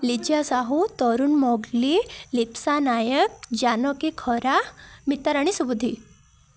Liza Sahu Tarun Mogli Lipsa Nayak Janaki Khara Mitarani Subuddhi